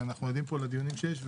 אנחנו עדים לדיונים שמתקיימים פה.